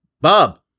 Bob